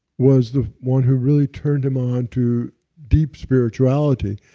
was the one who really turned him on to deep spirituality.